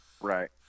Right